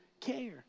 care